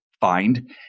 find